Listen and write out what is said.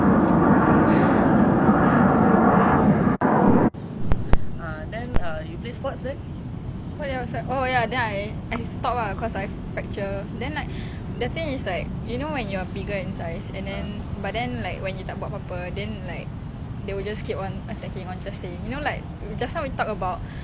and then but then like when you tak buat apa-apa then like they will just keep on attacking you the same you know like just now we talked about all the aunties seventy year old is like what the hell dude but then you like when you have something macam like if you dance dance is also a sport right or play other sports they will like not say or like you can will just skip one or thirty you wanted to say you know like just now we talk about